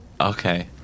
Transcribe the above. Okay